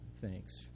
thanks